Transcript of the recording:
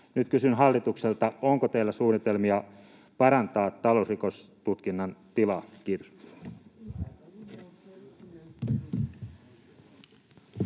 Nyt kysyn hallitukselta: onko teillä suunnitelmia parantaa talousrikostutkinnan tilaa? — Kiitos.